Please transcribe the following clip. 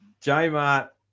J-Mart